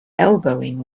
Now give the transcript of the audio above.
elbowing